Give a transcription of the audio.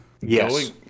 Yes